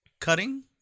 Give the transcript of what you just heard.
Cutting